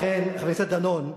לכן, חבר הכנסת דנון,